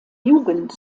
jugend